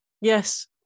Yes